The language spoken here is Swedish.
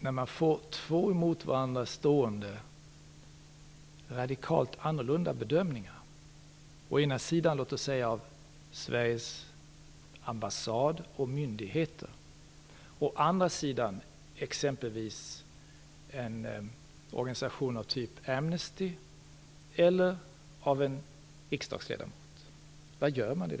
När man får två emot varandra stående, radikalt olika bedömningar låt oss säga från å ena sidan Sveriges ambassad och myndigheter, å andra sidan exempelvis en organisation som Amnesty eller en riksdagsledamot - vad gör man då?